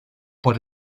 por